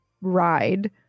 ride